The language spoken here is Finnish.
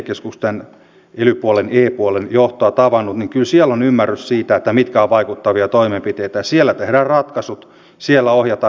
kyllähän se näin on että työhän se on ihmisen paras sosiaaliturva riippumatta siitä että on ihminen niin sanotusti täysityökykyinen tai on hän sitten osatyökykyinen